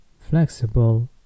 flexible